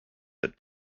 that